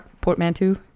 Portmanteau